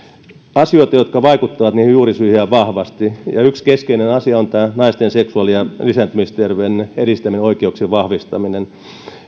asioita jotka vaikuttavat niihin juurisyihin ja vahvasti yksi keskeinen asia on naisten seksuaali ja lisääntymisterveyden edistäminen oikeuksien vahvistaminen